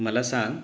मला सांग